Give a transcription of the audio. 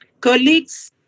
Colleagues